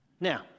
Now